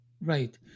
Right